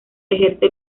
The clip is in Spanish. ejerce